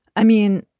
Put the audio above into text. i mean